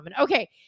Okay